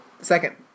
Second